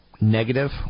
negative